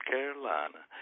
Carolina